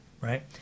Right